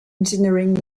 engineering